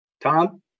Tom